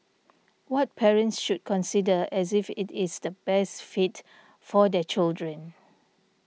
what parents should consider as if it is the best fit for their children